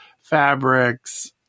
fabrics